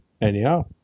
anyhow